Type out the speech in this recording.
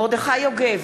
מרדכי יוגב,